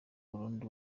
burundi